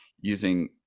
using